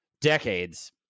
decades